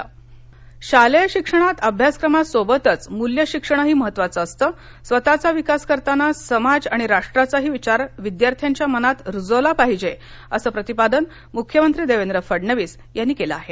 मुख्यमंत्री शिक्षण शालेय शिक्षणात अभ्यासक्रमासोबतच मूल्यशिक्षणही महत्त्वाचं असतं स्वतःचा विकास करताना समाज आणि राष्ट्राचाही विचार विद्यार्थ्याच्या मनात रुजविला पाहिजे असं प्रतिपादन मुख्यमंत्री देवेंद्र फडणवीस यांनी केलं आहे